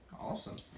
Awesome